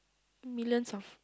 millions of